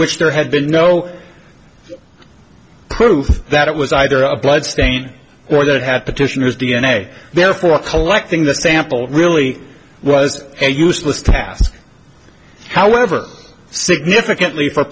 which there had been no proof that it was either a blood stain or that it had petitioners d n a therefore collecting the sample really was a useless task however significantly for